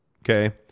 Okay